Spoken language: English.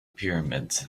pyramids